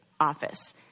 office